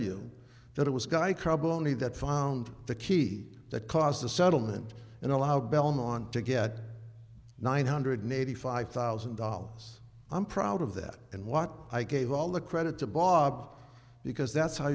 you that it was guy club only that found the key that caused the settlement and allow belmont to get nine hundred eighty five thousand dollars i'm proud of that and what i gave all the credit to bob because that's how